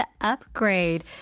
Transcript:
Upgrade